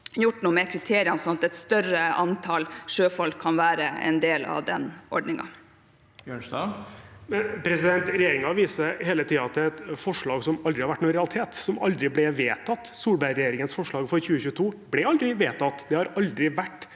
gjort noe med kriteriene, sånn at et større antall sjøfolk kan være en del av ordningen. Sivert Bjørnstad (FrP) Regjeringen viser hele tiden til et forslag som aldri har vært noen realitet, som aldri ble vedtatt. Solberg-regjeringens forslag for 2022 ble aldri vedtatt. Det har aldri vært